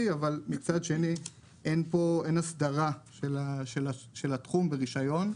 אבל מצד שני אין הסדרה של התחום ברשיון,